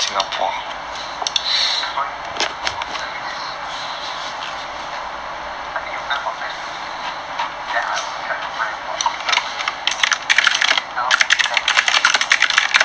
I think I think you must find places I think you find for places to eat then I will try to find after that where we can sit down relax and enjoy